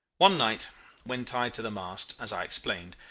one night when tied to the mast, as i explained,